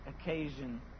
occasion